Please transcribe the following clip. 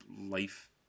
life